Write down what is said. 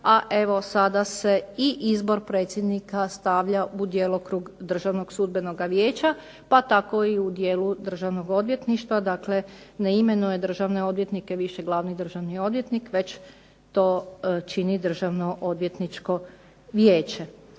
a evo sada se i izbor predsjednika stavlja u djelokrug Državnog sudbenog vijeća, pa tako i u dijelu Državnog odvjetništva. Dakle, ne imenuje državne odvjetnike više glavni državni odvjetnik već to čini Državno odvjetničko vijeće.